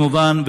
כמובן,